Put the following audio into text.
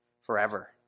forever